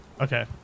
Okay